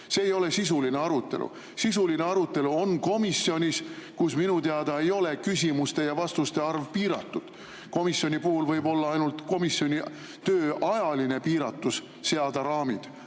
See ei ole sisuline arutelu. Sisuline arutelu on komisjonis, kus minu teada ei ole küsimuste ja vastuste arv piiratud. Komisjoni puhul võib ainult komisjoni töö ajaline piiratus seada raamid,